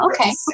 okay